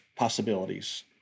Possibilities